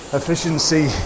efficiency